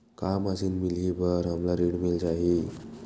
का मशीन मिलही बर हमला ऋण मिल जाही?